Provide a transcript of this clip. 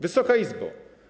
Wysoka Izbo!